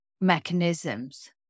mechanisms